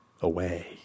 away